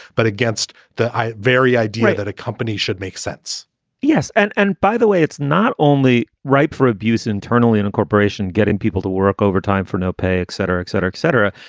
but against the very idea that a company should make sense yes. and and by the way, it's not only ripe for abuse internally in a corporation. getting people to work overtime for no pay, etc, etc, etc.